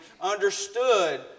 understood